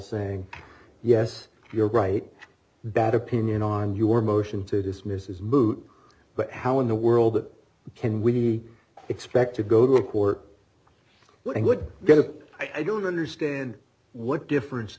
saying yes you're right that opinion on your motion to dismiss is moot but how in the world that can we expect to go to the court what i would get up i don't understand what difference